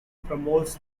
promotes